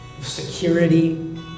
security